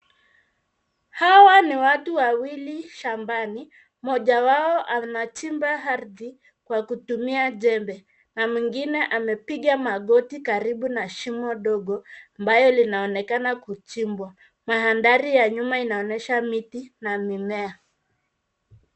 Hawa ni watu wawili shambani. Mmoja wao anachimba ardhi kwa jembe na mwingine amepiga magoti karibu na shimo dogo ambayo linaonekana kuchimbwa. Mandhari ya nyuma inaonyesha miti na mimea.